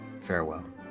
Farewell